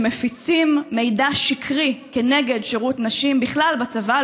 שמפיצים מידע שקרי נגד שירות נשים בכלל בצבא,